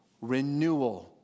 renewal